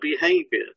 behavior